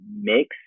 mix